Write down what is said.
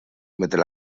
mentre